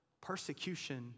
persecution